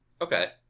Okay